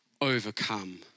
overcome